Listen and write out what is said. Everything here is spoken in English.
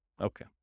Okay